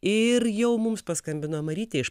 ir jau mums paskambino marytė iš